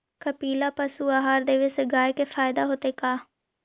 कपिला पशु आहार देवे से गाय के फायदा होतै का?